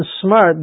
smart